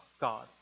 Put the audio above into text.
God